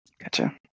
Gotcha